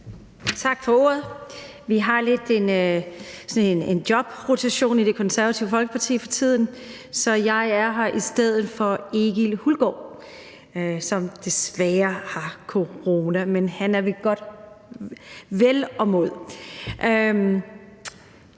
Tak for ordet. Vi har en jobrotationsordning i Det Konservative Folkeparti for tiden, så jeg er her i stedet for Egil Hulgaard, som desværre har fået corona. Men han er ved godt mod og har